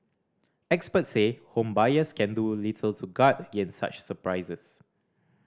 experts say home buyers can do little to guard against such surprises